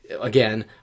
again